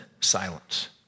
silence